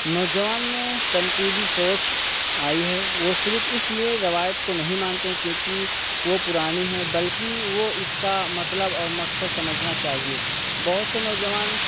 نوجوان میں تنقیدی سوچ آئی ہے وہ صرف اس لیے روایت کو نہیں مانتے ہیں کیونکہ وہ پرانی ہے بلکہ وہ اس کا مطلب اور مقصد سمجھنا چاہیے بہت سے نوجوان